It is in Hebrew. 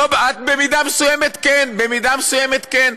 את במידה מסוימת כן, במידה מסוימת כן.